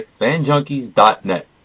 FanJunkies.net